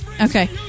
Okay